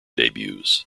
debuts